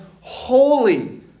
holy